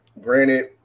granted